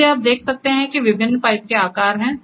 इसलिएआप देख सकते हैं कि विभिन्न पाइप के आकार हैं